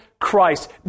Christ